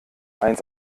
eins